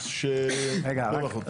אז שייתן לך אותו.